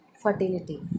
fertility